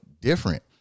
different